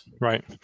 Right